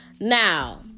now